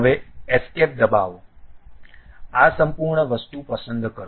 હવે એસ્કેપ દબાવો આ સંપૂર્ણ વસ્તુ પસંદ કરો